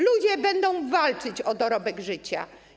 Ludzie będą walczyć o dorobek życia.